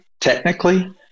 technically